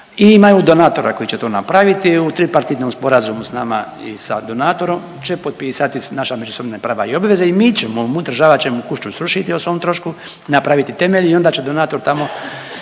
imaju donatora koji će to napraviti u tripartitnom sporazumu s nama i sa donatorom će potpisati naša međusobna prava i obveze i mi ćemo, mu .../Govornik se ne razumije./... kuću srušiti o svom trošku, napraviti temelj i onda će donator tamo